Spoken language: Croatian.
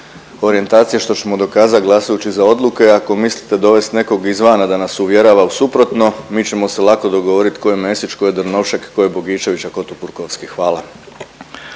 Hvala.